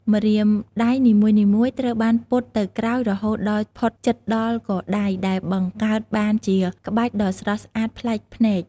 ម្រាមដៃនីមួយៗត្រូវបានពត់ទៅក្រោយរហូតដល់ផុតជិតដល់កដៃ ដែលបង្កើតបានជាក្បាច់ដ៏ស្រស់ស្អាតប្លែកភ្នែក។